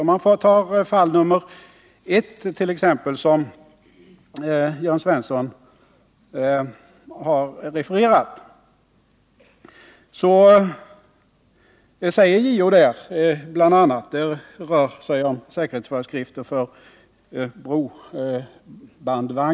I det fall som Jörn Svensson har refererat angående säkerhetsföreskrifter för brobandvagnart.ex.